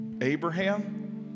Abraham